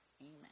Amen